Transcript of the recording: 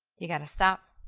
you got to stop.